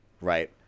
right